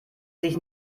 sich